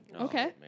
Okay